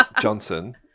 johnson